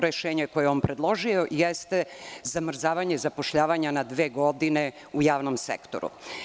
Rešenje koje je on predložio jeste zamrzavanje zapošljavanja na dve godine u javnom sektoru.